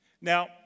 Now